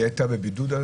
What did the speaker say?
היא הייתה בבידוד?